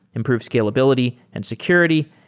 improve scalability and security,